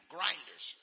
Grinders